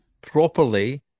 properly